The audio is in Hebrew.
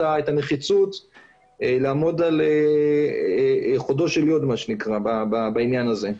הנחיצות לעמוד על חודו של יוד בעניין הזה.